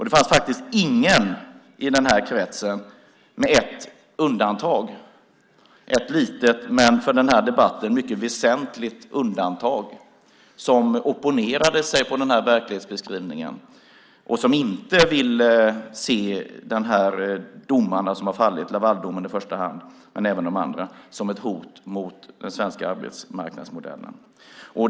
Det fanns faktiskt ingen i den här kretsen med ett undantag - ett litet men för den här debatten mycket väsentligt undantag - som opponerade sig mot den här verklighetsbeskrivningen och som inte ville se de domar som har fallit, Lavaldomen i första hand men även de andra, som ett hot mot den svenska arbetsmarknadsmodellen.